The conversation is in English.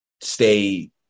stay